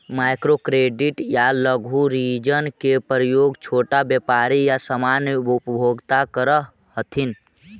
micro credit या लघु ऋण के उपयोग छोटा व्यापारी या सामान्य उपभोक्ता करऽ हथिन